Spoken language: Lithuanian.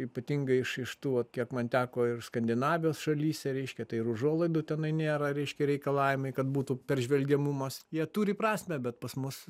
ypatingai iš iš tų vat kiek man teko ir skandinavijos šalyse reiškia tai ir užuolaidų tenai nėra reiškia reikalavimai kad būtų peržvelgiamumas jie turi prasmę bet pas mus